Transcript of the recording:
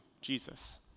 Jesus